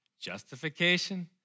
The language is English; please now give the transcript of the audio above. Justification